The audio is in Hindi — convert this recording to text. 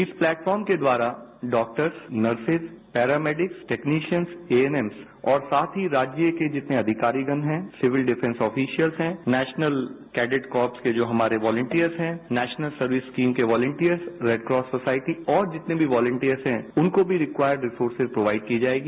इस प्लेटफार्म के द्वारा doctors nurses paramedics technicians ANM और साथ ही राज्य के जितने अधिकारीगण हैं सिविल डिफ्रेंस आफिसियल्स हैं नेशनल कैंडिट कोर के जो हमारे वॉलियन्टर्स हैं नेशनल सर्विस स्कीम के वॉलियन्टर्स रेड क्रॉस सोसायटी और जितने भी वॉलियन्टर्स हैं उनको भी रिक्वार्ड रिसोसेस प्रोवाइड की जायेगी